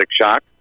shock